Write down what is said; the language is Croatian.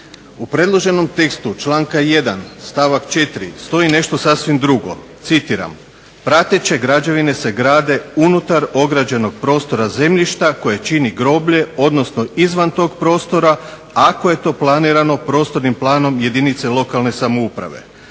U predloženom tekstu članka 1.stavak 4. Stoji sasvim nešto drugo, citiram: "Prateće građevine se grade unutar ograđenog prostora zemljišta koje čini groblje odnosno izvan tog prostora ako je to planirano prostornim planom jedinica lokalne samouprave",